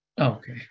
Okay